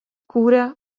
kūrė